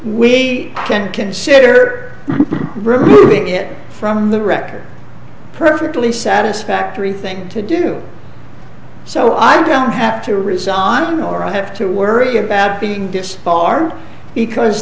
we can consider removing it from the record perfectly satisfactory thing to do so i don't have to resign or i have to worry about being dissed b